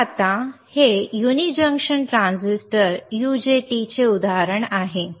तर आता हे युनि जंक्शन ट्रान्झिस्टर चे उदाहरण आहे